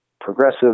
progressive